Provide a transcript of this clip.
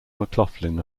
mclaughlin